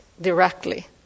directly